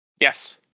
Yes